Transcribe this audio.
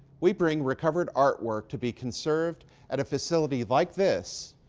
we bring recovered artwork to be conserved at a facility like this